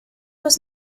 was